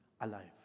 Alive